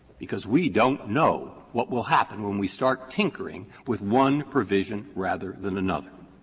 because we don't know what will happen when we start tinkering with one provision rather than another.